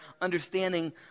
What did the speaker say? understanding